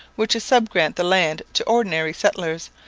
were to sub-grant the land to ordinary settlers,